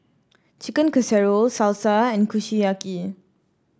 Chicken Casserole Salsa and Kushiyaki